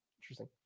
interesting